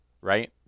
right